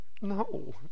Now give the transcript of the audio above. no